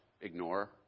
ignore